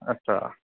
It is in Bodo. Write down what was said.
आत्सा